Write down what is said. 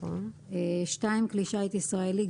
כלי שיט ישראלי,